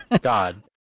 God